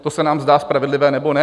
To se nám zdá spravedlivé, nebo ne?